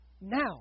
now